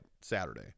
Saturday